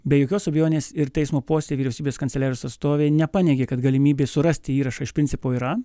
be jokios abejonės ir teismo posėdyje vyriausybės kanceliarijos atstovė nepaneigė kad galimybė surasti įrašą iš principo yra